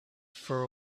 for